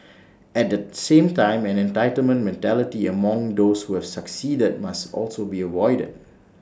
at the same time an entitlement mentality among those who have succeeded must also be avoided